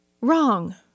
Wrong